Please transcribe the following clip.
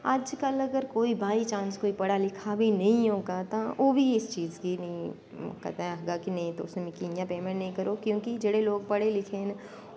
अज कल कोई अगर बाईचांस कोई पढ़ा लिखा बी नेंई होगा तां ओह् बी इस चीज़ गी कदैं नेंई आखदा कि नेंई तुस मिगी इयां पेमैंट नेंई करो क्योंकि जेह्ड़े लोग पढ़े लिखे न